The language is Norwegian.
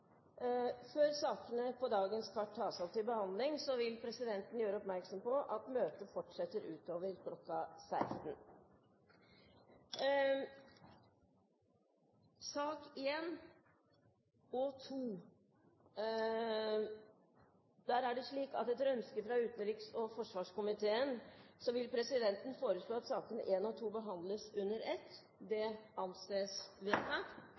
Før sakene på dagens kart tas opp til behandling, vil presidenten gjøre oppmerksom på at møtet fortsetter utover kl. 16. Etter ønske fra utenriks- og forsvarskomiteen vil presidenten foreslå at sakene nr. 1 og 2 behandles under ett. – Det anses vedtatt.